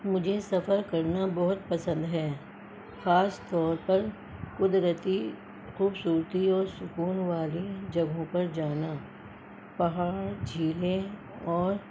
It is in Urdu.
مجھے سفر کرنا بہت پسند ہے خاص طور پر قدرتی خوبصورتی اور سکون والی جگہوں پر جانا پہاڑ جھیلیں اور